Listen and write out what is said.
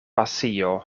pasio